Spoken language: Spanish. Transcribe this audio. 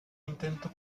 intento